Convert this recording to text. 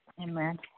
Amen